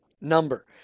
number